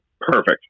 Perfect